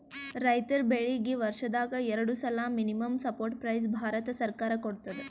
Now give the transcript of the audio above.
ರೈತರ್ ಬೆಳೀಗಿ ವರ್ಷದಾಗ್ ಎರಡು ಸಲಾ ಮಿನಿಮಂ ಸಪೋರ್ಟ್ ಪ್ರೈಸ್ ಭಾರತ ಸರ್ಕಾರ ಕೊಡ್ತದ